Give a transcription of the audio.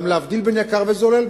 גם להבדיל בין יקר וזולל,